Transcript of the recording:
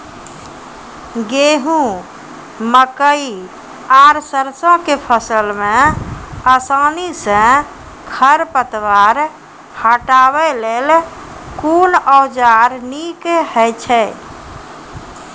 गेहूँ, मकई आर सरसो के फसल मे आसानी सॅ खर पतवार हटावै लेल कून औजार नीक है छै?